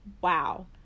Wow